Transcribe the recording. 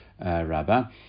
Rabba